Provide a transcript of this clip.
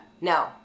No